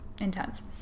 intense